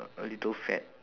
a little fat